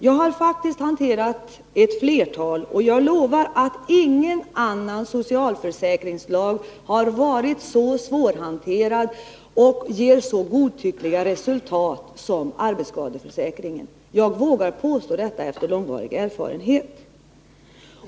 Jag har faktiskt hanterat ett flertal, och jag försäkrar att ingen annan socialförsäkringslag har varit så svårhanterad och givit så godtyckliga resultat som arbetsskadeförsäkringen. Jag vågar påstå det efter lång erfarenhet.